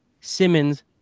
Simmons